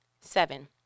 Seven